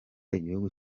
igihugu